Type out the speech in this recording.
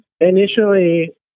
initially